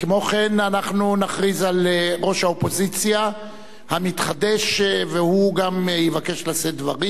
כמו כן אנחנו נכריז על ראש האופוזיציה המתחדש והוא גם יבקש לשאת דברים.